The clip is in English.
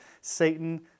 Satan